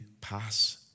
pass